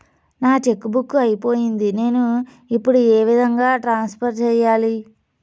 నా cheque book అయిపోయింది నేను ఇప్పుడు ఏ విధంగా ట్రాన్స్ఫర్ సేయాలి?